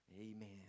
Amen